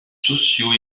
socio